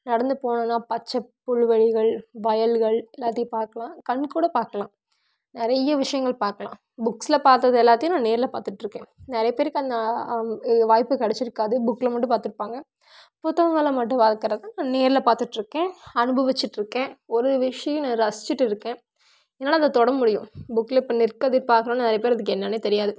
நடந்து போனோம்னா பச்சை புல்வெளிகள் வயல்கள் எல்லாத்தையும் பார்க்கலாம் கண்கூட பார்க்கலாம் நிறைய விஷயங்கள் பார்க்கலாம் புக்ஸில் பார்த்தது எல்லாத்தையும் நான் நேரில் பார்த்துட்ருக்கேன் நிறைய பேருக்கு அந்த வாய்ப்பு கிடைச்சிருக்காது புக்கில் மட்டும் பார்த்துருப்பாங்க புத்தகங்களை மட்டும் பார்க்குறத நான் நேரில் பார்த்துட்டு இருக்கேன் அனுபவிச்சிட்டு இருக்கேன் ஒரு விஷயம் ரசிச்சிட்டு இருக்கேன் என்னால் அதை தொட முடியும் புக்கில் இப்போ நெற்கதிர் பார்க்குறோம்னா நிறைய பேருக்கு அது என்னனே தெரியாது